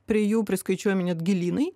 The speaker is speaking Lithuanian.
prie jų priskaičiuojami net gėlynai